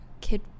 kid